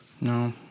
No